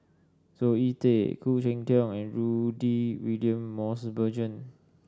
Zoe Tay Khoo Cheng Tiong and Rudy William Mosbergen